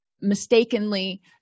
mistakenly